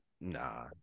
Nah